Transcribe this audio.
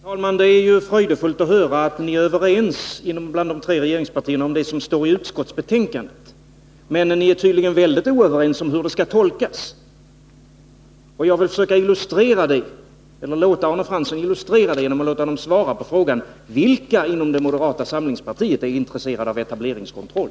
Herr talman! Det är ju fröjdefullt att de tre regeringspartierna är överens om det som står i utskottsbetänkandet, men ni är tydligen mycket oense om tolkningen. Jag vill låta Arne Fransson illustrera detta genom att låta moderaterna svara på frågan: Vilka inom moderata samlingspartiet är intresserade av en etableringskontroll?